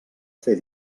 fer